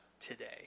today